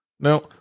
Now